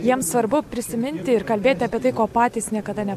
jiems svarbu prisiminti ir kalbėti apie tai ko patys niekada ne